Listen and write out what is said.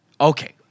Okay